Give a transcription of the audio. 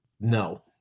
No